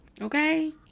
Okay